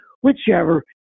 whichever